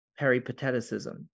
peripateticism